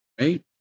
right